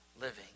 living